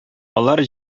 алар